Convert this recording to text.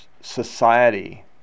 society